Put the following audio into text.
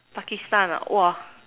Pakistan ah !wah!